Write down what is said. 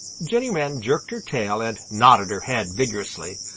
jenny wren jerked her tail and nodded her head vigorously.